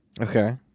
Okay